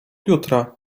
jutra